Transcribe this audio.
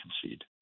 concede